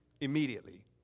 Immediately